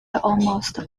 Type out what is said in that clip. almost